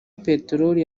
peteroli